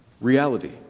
reality